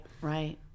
right